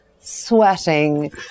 sweating